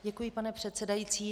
Děkuji, pane předsedající.